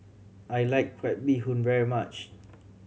I like crab bee hoon very much